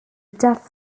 death